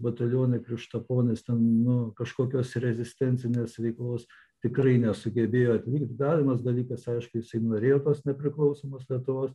batalione krikštaponis ten nu kažkokios rezistencinės veiklos tikrai nesugebėjo atlikt galimas dalykas aišku jisai norėjo tos nepriklausomos lietuvos